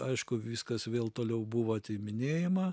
aišku viskas vėl toliau buvo atiminėjama